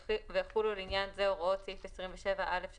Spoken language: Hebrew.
אנחנו פשוט רצינו להבחין בין בתי העסק שפועלים